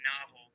novel